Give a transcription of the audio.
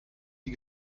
die